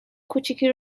کوچیکی